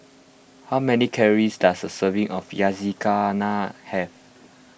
how many calories does a serving of Yakizakana have